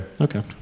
Okay